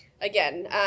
again